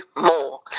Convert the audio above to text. more